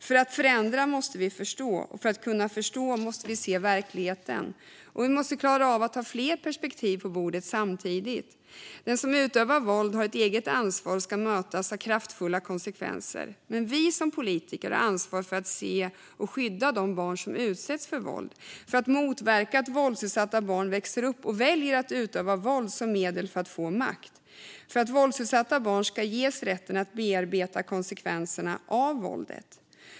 För att förändra måste vi förstå. För att kunna förstå måste se verkligheten. Vi måste klara av att ha flera perspektiv på bordet samtidigt. Den som utövar våld har ett eget ansvar och ska mötas av kraftfulla konsekvenser, men vi som politiker har ansvar för att se och skydda de barn som utsätts för våld, för att motverka att våldsutsatta barn växer upp och väljer att utöva våld som medel för att få makt och för att våldsutsatta barn ska ges rätten att bearbeta konsekvenserna av våldet.